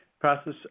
process